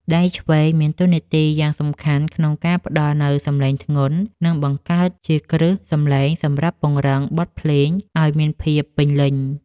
ដៃឆ្វេងមានតួនាទីយ៉ាងសំខាន់ក្នុងការផ្ដល់នូវសម្លេងធ្ងន់ និងបង្កើតជាគ្រឹះសម្លេងសម្រាប់ពង្រឹងបទភ្លេងឱ្យមានភាពពេញលេញ។